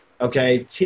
Okay